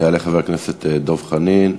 יעלה חבר הכנסת דב חנין.